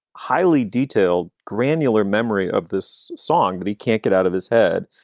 highly detailed, granular memory of this song that he can't get out of his head,